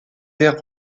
vers